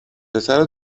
پسر